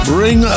Bring